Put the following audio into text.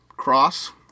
Cross